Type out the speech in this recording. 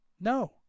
No